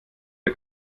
der